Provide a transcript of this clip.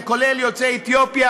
זה כולל יוצאי אתיופיה,